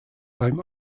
beim